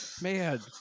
Man